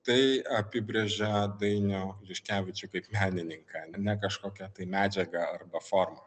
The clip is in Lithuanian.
tai apibrėžia dainių liškevičių kaip menininką ne kažkokia tai medžiaga arba forma